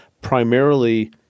primarily